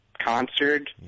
concert